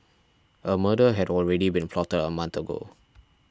a murder had already been plotted a month ago